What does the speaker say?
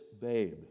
babe